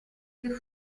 che